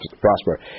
prosper